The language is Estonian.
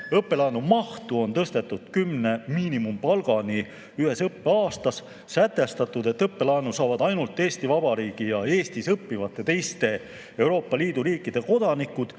Õppelaenu mahtu on tõstetud 10 miinimumpalgani ühes õppeaastas. On sätestatud, et õppelaenu saavad ainult Eesti Vabariigi ja Eestis õppivad teiste Euroopa Liidu riikide kodanikud.